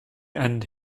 and